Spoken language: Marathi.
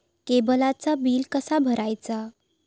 केबलचा बिल कसा भरायचा?